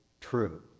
true